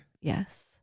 yes